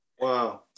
Wow